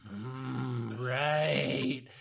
right